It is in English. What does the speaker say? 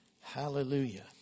Hallelujah